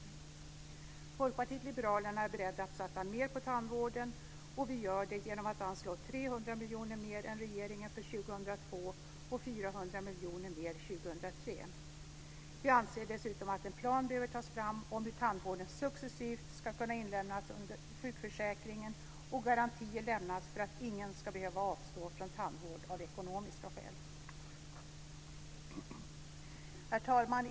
Vi i Folkpartiet liberalerna är beredda att satsa mer på tandvården, och vi gör det genom att anslå miljoner mer 2003. Vi anser dessutom att en plan behöver tas fram om hur tandvården successivt ska kunna inlemmas under sjukförsäkringen och garantier lämnas för att ingen ska behöva avstå från tandvård av ekonomiska skäl. Herr talman!